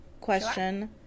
question